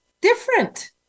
different